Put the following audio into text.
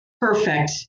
Perfect